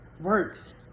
works